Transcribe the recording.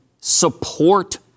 support